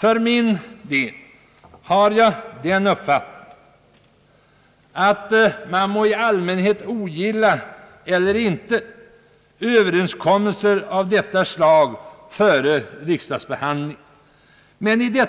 För min del anser jag dock att denna partiöverenskommelse var nödvändig